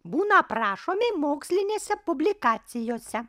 būna aprašomi mokslinėse publikacijose